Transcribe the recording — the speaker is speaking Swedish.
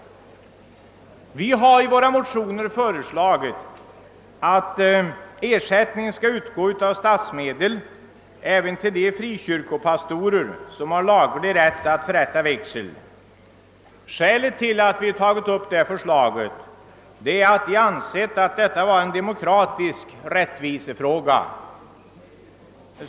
Vi har i motionerna föreslagit att ersättning skall utgå av statsmedel även till de frikyrkopastorer som har laglig rätt att förrätta vigsel. Skälet till att vi aktualiserat saken är att vi anser att det rör sig om en demokratisk rättvisefråga.